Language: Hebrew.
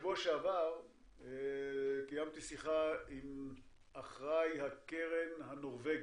בשבוע שעבר קיימתי שיחה עם אחראי הקרן הנורבגית,